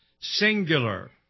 singular